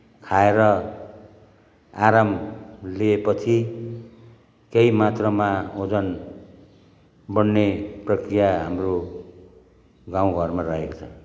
खाएर आराम लिएपछि केही मात्रामा वजन बढ्ने प्रक्रिया हाम्रो गाउँघरमा रहेको छ